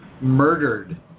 murdered